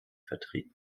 vertreten